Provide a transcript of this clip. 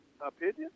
opinion